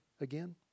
again